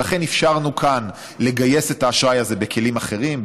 לכן אפשרנו כאן לגייס את האשראי הזה בכלים אחרים,